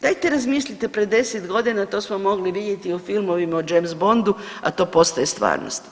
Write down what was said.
Dajte razmislite pre 10.g. to smo mogli vidjeti u filmovima o James Bondu, a to postaje stvarnost.